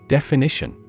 Definition